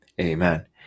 amen